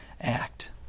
act